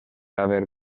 haver